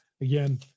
Again